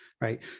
right